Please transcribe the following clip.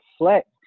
reflect